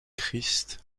christ